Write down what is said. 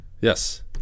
Yes